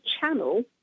channel